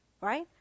right